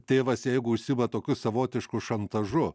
tėvas jeigu užsiima tokiu savotišku šantažu